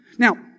Now